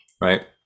right